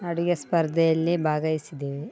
ಅಡುಗೆ ಸ್ಪರ್ಧೆಯಲ್ಲಿ ಭಾಗೈಸಿದೀವಿ